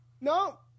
No